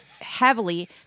heavily